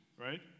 right